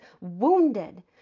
wounded